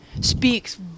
speaks